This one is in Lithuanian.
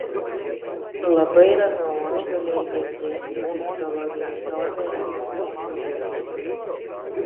labai ramiu oru galėjai girdėti kaip zoologijos sode riaumoja liūtai